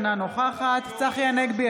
אינה נוכחת צחי הנגבי,